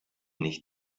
nicht